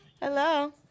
hello